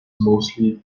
mostly